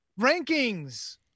Rankings